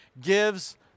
gives